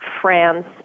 France